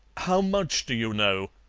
how much do you know?